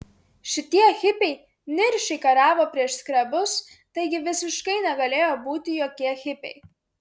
šitie hipiai niršiai kariavo prieš skrebus taigi visiškai negalėjo būti jokie hipiai